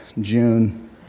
June